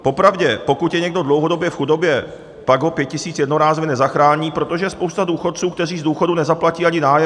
Popravdě, pokud je někdo dlouhodobě v chudobě, pak ho 5 tisíc jednorázově nezachrání, protože je spousta důchodců, kteří z důchodu nezaplatí ani nájem.